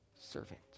servant